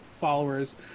followers